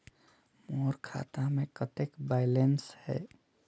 मोर खाता मे कतेक बैलेंस हे?